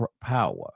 power